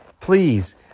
please